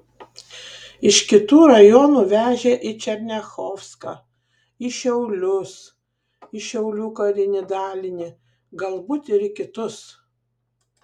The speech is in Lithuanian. iš kitų rajonų vežė į černiachovską į šiaulius į šiaulių karinį dalinį galbūt ir į kitus